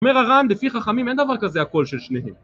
אמר מרן, לפי חכמים אין דבר כזה, הקול של שניהם